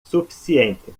suficiente